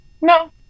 No